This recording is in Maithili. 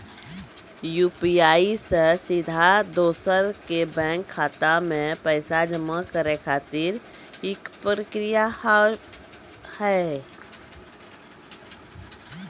यु.पी.आई से सीधा दोसर के बैंक खाता मे पैसा जमा करे खातिर की प्रक्रिया हाव हाय?